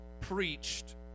preached